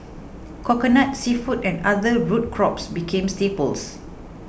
Coconut Seafood and other root crops became staples